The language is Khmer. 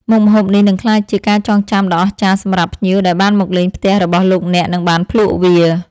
មុខម្ហូបនេះនឹងក្លាយជាការចងចាំដ៏អស្ចារ្យសម្រាប់ភ្ញៀវដែលបានមកលេងផ្ទះរបស់លោកអ្នកនិងបានភ្លក់វា។